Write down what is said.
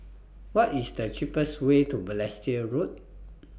What IS The cheapest Way to Balestier Road